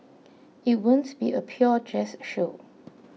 it won't be a pure jazz show